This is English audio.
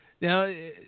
Now